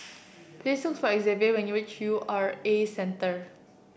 please look for Xzavier when you reach U R A Centre